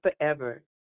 forever